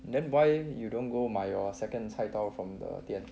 then why you don't go 买 your second 菜刀 from the 店